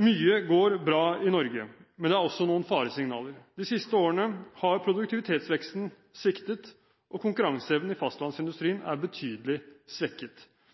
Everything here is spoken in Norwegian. Mye går bra i Norge, men det er også noen faresignaler. De siste årene har produktivitetsveksten sviktet, og konkurranseevnen i fastlandsindustrien er betydelig svekket.